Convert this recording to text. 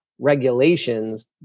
regulations